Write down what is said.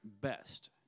best